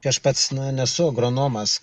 aš pats nesu agronomas